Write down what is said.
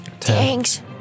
Thanks